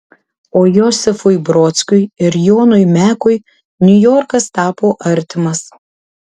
o josifui brodskiui ir jonui mekui niujorkas tapo artimas